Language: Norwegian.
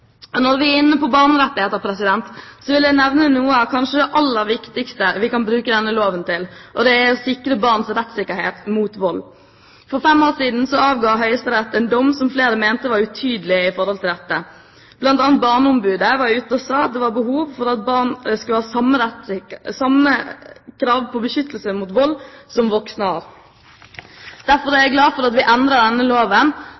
Når vi er inne på barnerettigheter, vil jeg nevne noe av det kanskje aller viktigste vi kan bruke denne loven til, og det er å sikre barns rettssikkerhet mot vold. For fem år siden avga Høyesterett en dom som flere mente var utydelig i forhold til dette. Blant annet var barneombudet ute og sa at det var behov for at barn skulle ha samme krav på beskyttelse mot vold som voksne har. Derfor er jeg glad for at vi endrer denne loven